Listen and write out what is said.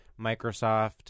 Microsoft